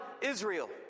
Israel